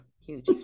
huge